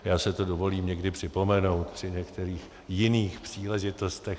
Já si to dovolím někdy připomenout při některých jiných příležitostech.